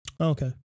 Okay